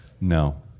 No